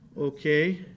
okay